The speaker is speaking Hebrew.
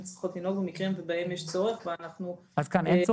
צריכות לנהוג במקרים בהם יש צורך ואנחנו מטפלים.